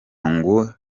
ngo